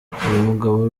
mugabo